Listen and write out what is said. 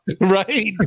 Right